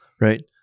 right